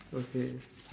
okay